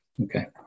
okay